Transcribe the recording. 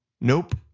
Nope